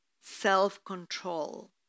self-control